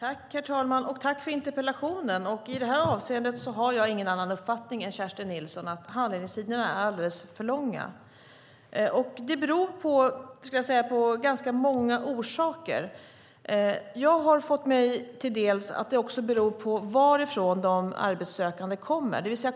Herr talman! Jag tackar för interpellationen. I det här avseendet har jag ingen annan uppfattning än Kerstin Nilsson. Handläggningstiderna är alldeles för långa. Det har ganska många orsaker. Jag har fått mig till dels att det också beror på varifrån de arbetssökande kommer.